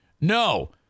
No